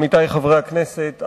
עמיתי חברי הכנסת,